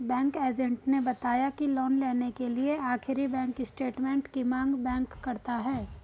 bank agent ने बताया की लोन लेने के लिए आखिरी बैंक स्टेटमेंट की मांग बैंक करता है